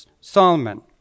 Solomon